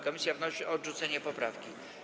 Komisja wnosi o odrzucenie poprawki.